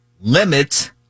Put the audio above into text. limit